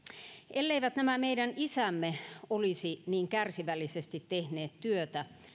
elleivät nämä meidän isämme olisi niin kärsivällisesti tehneet työtä